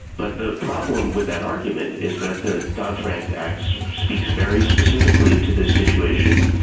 but the problem with that argument is that the dodd-frank act speaks very specifically to this situation,